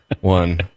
one